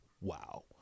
wow